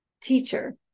Teacher